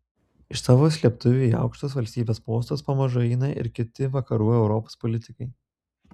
iš savo slėptuvių į aukštus valstybės postus pamažu eina ir kiti vakarų europos politikai